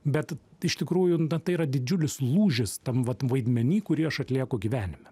bet iš tikrųjų tai yra didžiulis lūžis tam vat vaidmeny kurį aš atlieku gyvenime